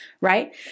right